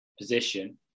position